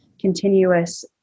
continuous